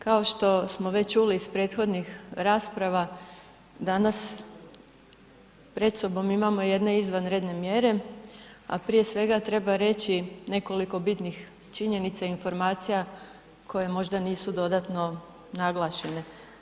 Kao što smo već čuli iz prethodnih rasprava danas pred sobom imamo jedne izvanredne mjere, a prije svega treba reći nekoliko bitnih činjenica i informacija koje nisu možda dodatno naglašene.